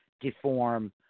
deform